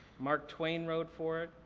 mark twain wrote for it,